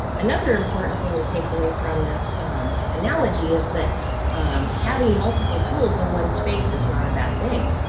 another important thing to take away from this analogy is that having multiple tools in one space is not a bad thing